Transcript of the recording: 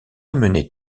amenait